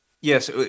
Yes